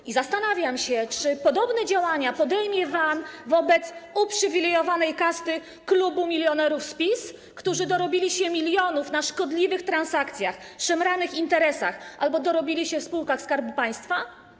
I zastanawiam się, czy podobne działania podejmie pan wobec uprzywilejowanej kasty klubu milionerów z PiS, którzy dorobili się milionów na szkodliwych transakcjach, szemranych interesach albo dorobili się w spółkach Skarbu Państwa.